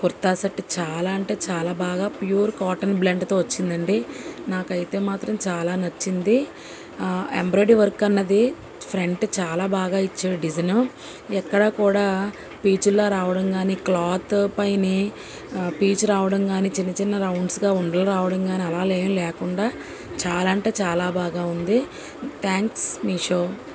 kurta set చాలా అంటే చాలా బాగా ప్యూర్ కాటన్ బ్లెండ్తో వచ్చిందండి నాకైతే మాత్రం చాలా నచ్చింది ఎంబ్రాయిడీ వర్క్ అన్నది ఫ్రంట్ చాలా బాగా ఇచ్చాడు డిజన్ ఎక్కడా కూడా పీచుల్లా రావడం కానీ క్లాత్ పైనే పీచు రావడం కానీ చిన్న చిన్న రౌండ్స్గా ఉండలు రావడం కానీ అలా ఏం లేకుండా చాలా అంటే చాలా బాగా ఉంది థ్యాంక్స్ మీషో